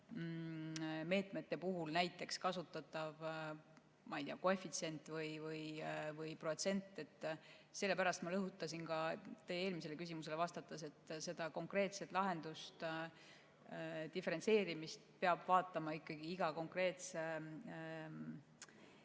meetmete puhul kasutatav, ma ei tea, näiteks koefitsient või protsent. Sellepärast ma rõhutasin ka teie eelmisele küsimusele vastates, et seda konkreetset lahendust, diferentseerimist peab vaatama ikkagi iga konkreetse